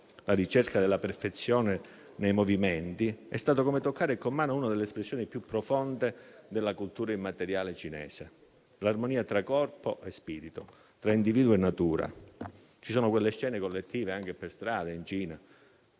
la ricerca della perfezione nei movimenti è stato come toccare con mano una delle espressioni più profonde della cultura immateriale cinese: l'armonia tra corpo e spirito, tra individuo e natura. Ci sono scene collettive anche per strada in Cina: